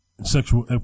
Sexual